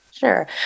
Sure